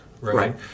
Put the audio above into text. right